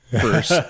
first